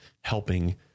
helping